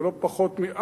ולא פחות מבעכו,